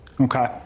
Okay